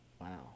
Wow